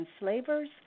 enslavers